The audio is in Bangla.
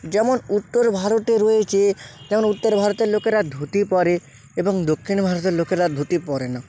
যেমন উত্তর ভারতে রয়েছে যেমন উত্তর ভারতের লোকেরা ধুতি পরে এবং দক্ষিণ ভারতের লোকেরা ধুতি পরে না